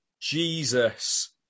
Jesus